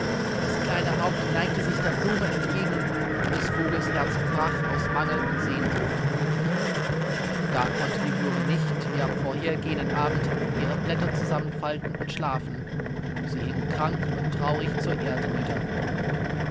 das kleine haupt neigte sich der blume entge gen und des vogels herz brach aus mangel und sehnsucht da konnte die blume nicht wie am vorhergehenden abend ihre blätter zusammenfalten und schlafen sie hing krank und traurig zur erde nieder